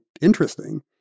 interesting